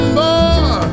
more